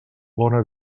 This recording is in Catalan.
bona